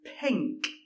pink